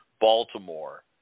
Baltimore